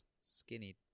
skinny